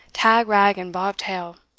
tag-rag and bob-tail.